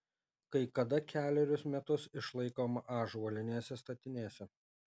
kai kada kelerius metus išlaikoma ąžuolinėse statinėse